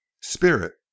spirit